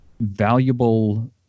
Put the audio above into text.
valuable